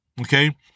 Okay